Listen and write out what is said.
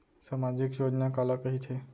सामाजिक योजना काला कहिथे?